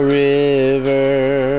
river